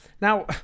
Now